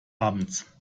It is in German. abends